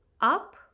up